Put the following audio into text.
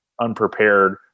unprepared